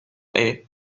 haye